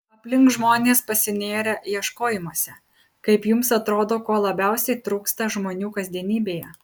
aplink žmonės pasinėrę ieškojimuose kaip jums atrodo ko labiausiai trūksta žmonių kasdienybėje